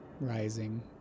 Rising